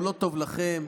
היא לא טובה לכם,